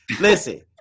listen